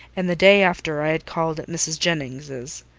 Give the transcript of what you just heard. and the day after i had called at mrs. jennings's.